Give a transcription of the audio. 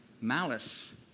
Malice